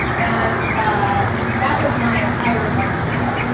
and that was my entire month's rent.